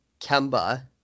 Kemba